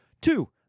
Two